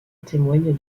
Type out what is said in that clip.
témoigne